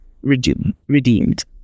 redeemed